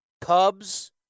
Cubs